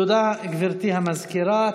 תודה, גברתי המזכירה.